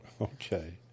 Okay